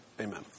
Amen